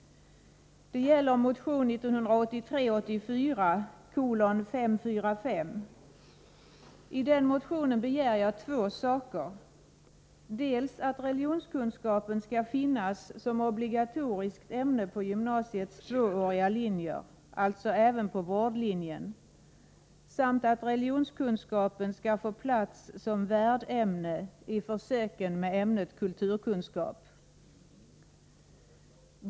Det gäller motion 1983/84:545. Jag begär där två saker: dels att religionskunskapen skall finnas som obligatoriskt ämne på gymnasiets tvååriga linjer, alltså även på vårdlinjen, dels att religionskunskapen skall få plats som värdämne i försöken med ämnet kulturkunskap.